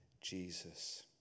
Jesus